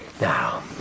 Now